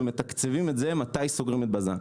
ולמה לא מתקצבים מתי סוגרים את בזן.